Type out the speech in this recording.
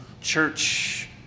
church